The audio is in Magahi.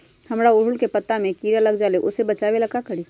हमरा ओरहुल के पत्ता में किरा लग जाला वो से बचाबे ला का करी?